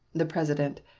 the president.